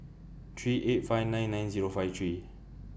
three eight five nine nine Zero five three